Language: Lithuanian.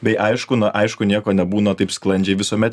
bei aišku na aišku nieko nebūna taip sklandžiai visuomet